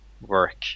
work